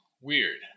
Weird